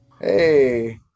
Hey